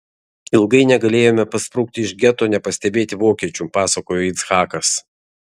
ilgai negalėjome pasprukti iš geto nepastebėti vokiečių pasakojo yitzhakas